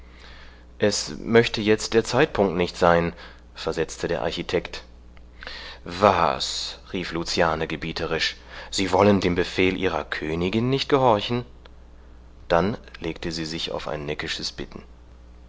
es möchte jetzt der zeitpunkt nicht sein versetzte der architekt was rief luciane gebieterisch sie wollen dem befehl ihrer königin nicht gehorchen dann legte sie sich auf ein neckisches bitten